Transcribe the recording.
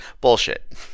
Bullshit